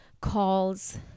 calls